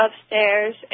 upstairs